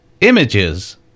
images